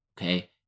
Okay